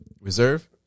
reserve